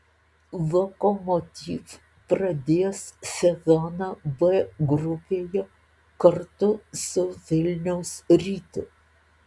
lokomotiv pradės sezoną b grupėje kartu su vilniaus rytu